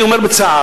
אני אומר בצער,